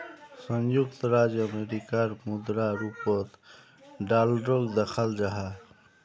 संयुक्त राज्य अमेरिकार मुद्रा रूपोत डॉलरोक दखाल जाहा